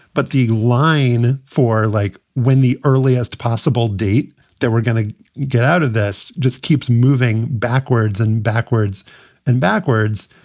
but the line for like when the earliest possible date that we're gonna get out of this just keeps moving backwards and backwards and backwards.